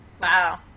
Wow